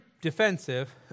defensive